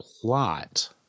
plot